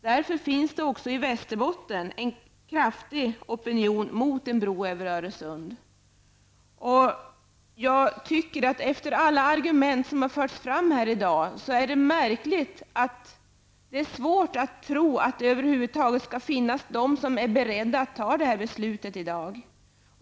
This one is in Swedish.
Därför finns det också i Västerbotten en kraftig opinion mot en bro över Öresund. Efter alla argument som har förts fram här i dag är det svårt att tro att det över huvud taget skall finnas någon som är beredd att ta det här beslutet i dag.